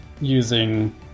using